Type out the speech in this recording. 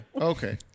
okay